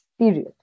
period